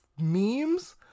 memes